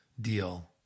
deal